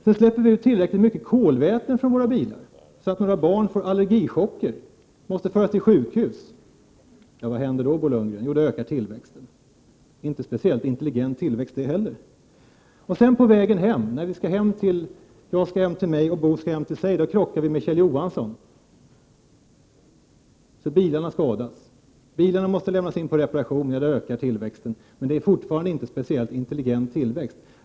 Sedan släpper vi ut så mycket kolväten från våra bilar att våra barn får allergichocker och måste föras till sjukhus. Vad händer då, Bo Lundgren? Jo, då ökar tillväxten. Inte speciellt intelligent tillväxt det heller. På vägen hem, när jag skall hem till mig och Bo Lundgren hem till sig, krockar vi med Kjell Johansson, så att bilarna skadas. Bilarna måste lämnas in på reparation, och då ökar tillväxten. Men det är fortfarande inte speciellt intelligent tillväxt.